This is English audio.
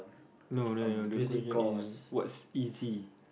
no no no the question is what's easy